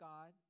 God